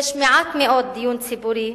יש מעט מאוד דיון ציבורי,